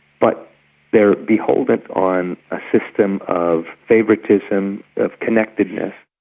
but they're beholden on a system of favouritism, of connectedness.